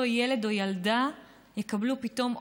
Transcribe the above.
אותו ילד או ילדה יקבלו פתאום עונש,